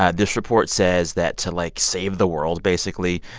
ah this report says that to, like, save the world, basically,